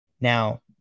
Now